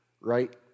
right